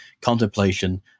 contemplation